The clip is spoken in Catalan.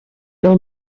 del